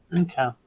Okay